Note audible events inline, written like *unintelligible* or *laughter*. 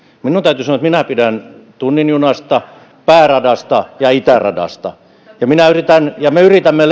minun täytyy sanoa että minä pidän tunnin junasta pääradasta ja itäradasta me yritämme *unintelligible*